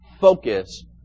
focus